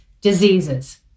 diseases